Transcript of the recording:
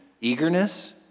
eagerness